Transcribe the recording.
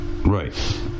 right